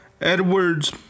Edwards